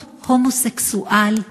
להיות הומוסקסואל,